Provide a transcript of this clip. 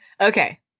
okay